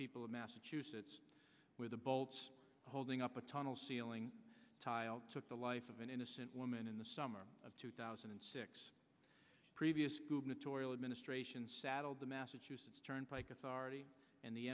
people of massachusetts where the bolts holding up a tunnel ceiling tile took the life of an innocent woman in the summer of two thousand and six previous gubernatorial administrate saddled the massachusetts turnpike authority and the